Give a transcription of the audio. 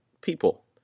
people